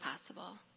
possible